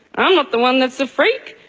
i'm not the one that's a freak,